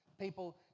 People